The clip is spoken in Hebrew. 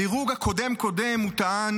בדירוג הקודם-קודם הוא טען